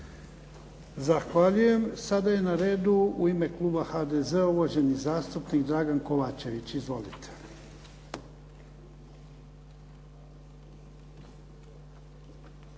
Zahvaljujem. Sada je na redu u ime kluba HDZ-a uvaženi zastupnik Dragan Kovačević. Izvolite.